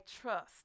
trust